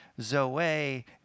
Zoe